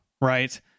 right